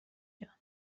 جان